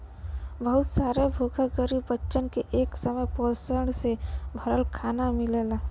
बहुत सारे भूखे गरीब बच्चन के एक समय पोषण से भरल खाना मिलला